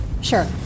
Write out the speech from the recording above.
Sure